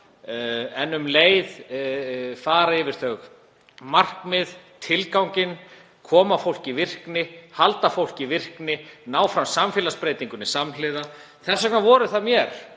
um leið yfir markmiðin, tilganginn; koma fólki í virkni, halda fólki í virkni, ná fram samfélagsbreytingum samhliða. Þess vegna voru það mér